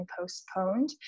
postponed